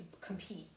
compete